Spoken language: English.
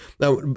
Now